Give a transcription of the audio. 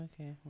Okay